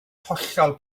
hollol